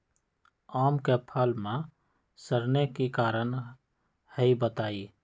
आम क फल म सरने कि कारण हई बताई?